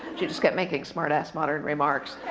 she just kept making smart-ass modern remarks.